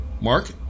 Mark